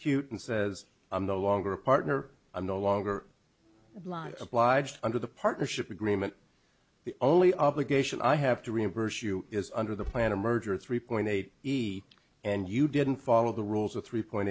cute and says i'm no longer a partner i'm no longer live obliged under the partnership agreement the only obligation i have to reimburse you is under the plan a merger of three point eight b and you didn't follow the rules of three point